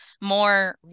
more